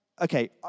okay